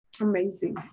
Amazing